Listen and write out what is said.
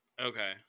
Okay